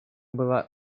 была